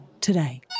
today